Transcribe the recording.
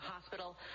hospital